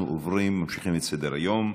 אנחנו ממשיכים בסדר-היום: